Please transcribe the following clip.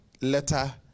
letter